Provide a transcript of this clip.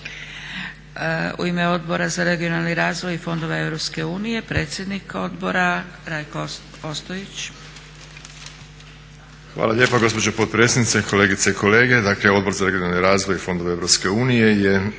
U ime Odbora za regionalni razvoj i fondove EU predsjednik odbora Rajko Ostojić. **Ostojić, Rajko (SDP)** Hvala lijepa gospođo potpredsjednice, kolegice i kolege. Dakle, Odbor za regionalni razvoj i fondove EU je